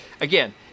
again